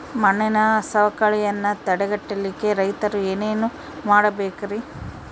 ಮಣ್ಣಿನ ಸವಕಳಿಯನ್ನ ತಡೆಗಟ್ಟಲಿಕ್ಕೆ ರೈತರು ಏನೇನು ಮಾಡಬೇಕರಿ?